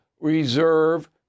reserve